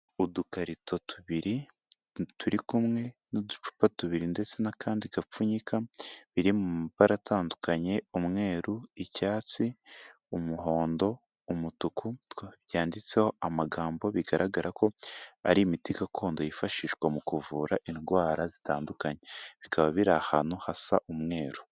Udukarito tubiri turi kumwe n'uducupa tubiri ndetse n'akandi gapfunyika, biri mu mabara atandukanye umweru, icyatsi, umuhondo, umutuku, byanditseho amagambo bigaragara ko ari imiti gakondo yifashishwa mu kuvura indwara zitandukanye, bikaba biri ahantu hasa umweru.